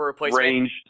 range